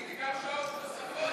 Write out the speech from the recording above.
תגידי גם שעות נוספות.